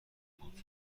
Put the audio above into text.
بود